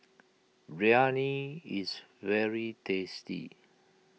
Biryani is very tasty